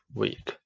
week